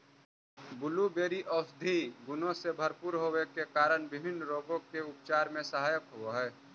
blueberry औषधीय गुणों से भरपूर होवे के कारण विभिन्न रोगों के उपचार में सहायक होव हई